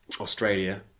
australia